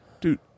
dude